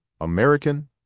American